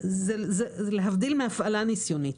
היא להבדיל מהפעלה ניסיונית.